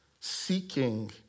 seeking